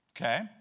okay